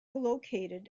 located